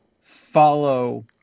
follow